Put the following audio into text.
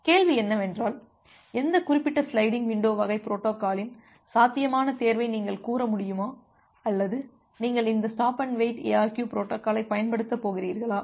கேள்வி என்னவென்றால் எந்த குறிப்பிட்ட சிலைடிங் விண்டோ வகை பொரோட்டோகால்களின் சாத்தியமான தேர்வை நீங்கள் கூற முடியுமா அல்லது நீங்கள் இந்த ஸ்டாப் அண்டு வெயிட் எஅர்கியு பொரோட்டோகாலை பயன்படுத்தப் போகிறீர்களா